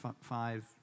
five